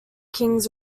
kings